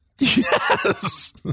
yes